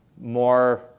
more